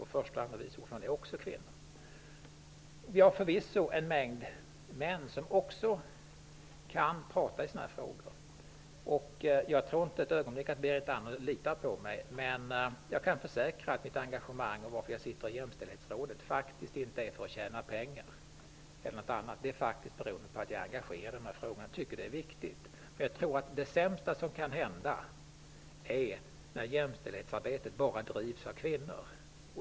Förste och andre vice ordförandena är också kvinnor. Vi har förvisso en mängd män som också kan prata om dessa frågor. Jag tror inte ett ögonblick att Berit Andnor litar på mig. Men jag kan försäkra att mitt engagemang och varför jag sitter i Jämställdhetsrådet faktiskt inte är för att tjäna pengar. Det är faktiskt beroende på att jag är engagerad i frågan och att jag tycker att den är viktig. Det sämsta som kan hända är när jämställdhetsarbetet bara drivs av kvinnor.